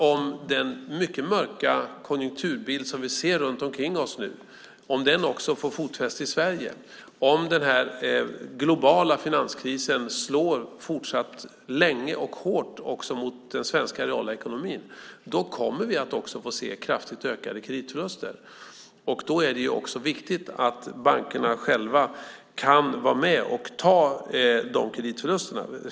Om den mycket mörka konjunkturbild som vi ser runt omkring oss nu får fotfäste också i Sverige och om den globala finanskrisen slår länge och hårt också mot den svenska realekonomin kommer vi att få se kraftigt ökade kreditförluster. Då är det viktigt att bankerna själva kan vara med och ta de kreditförlusterna.